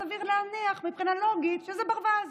אז סביר להניח מבחינה לוגית שזה ברווז.